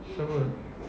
siapa